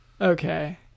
Okay